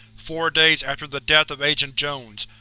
four days after the death of agent jones,